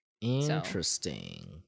Interesting